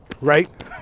Right